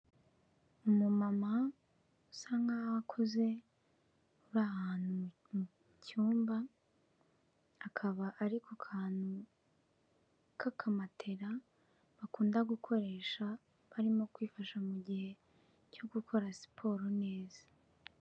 Umumama usa nkaho akuze uri ahantu mu cyumba, akaba ari ku kantu k'akamatera bakunda gukoresha barimo kwifasha mu gihe cyo gukora siporo neza.